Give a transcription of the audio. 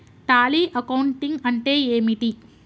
Tally accounting అంటే ఏమిటి?